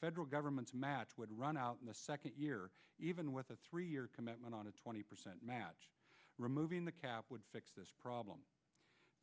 federal government's match would run out in the second year even with a three year commitment on a twenty percent match removing the cap would fix this problem